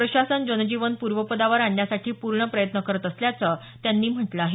प्रशासन जनजीवन पूर्वपदावर आणण्यासाठी पूर्ण प्रयत्न करत असल्याचं त्यांनी म्हटलं आहे